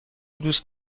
دوست